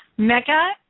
Mecca